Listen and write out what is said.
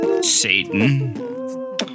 Satan